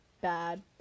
bad